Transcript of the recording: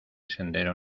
sendero